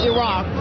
Iraq